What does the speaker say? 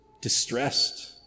distressed